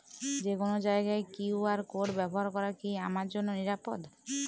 যে কোনো জায়গার কিউ.আর কোড ব্যবহার করা কি আমার জন্য নিরাপদ?